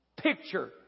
Picture